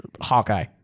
hawkeye